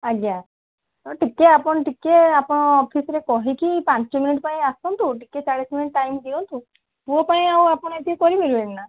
ଆଜ୍ଞା ହଁ ଟିକିଏ ଆପଣ ଟିକିଏ ଆପଣଙ୍କ ଅଫିସ୍ରେ କହିକି ପାଞ୍ଚ ମିନିଟ୍ ପାଇଁ ଆସନ୍ତୁ ଟିକେ ଚାଳିଶ ମିନିଟ୍ ଟାଇମ୍ ଦିଅନ୍ତୁ ପୁଅ ପାଇଁ ଆଉ ଆପଣ ଏତିକି କରି ପାରିବେନି ନା